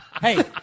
Hey